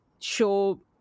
Show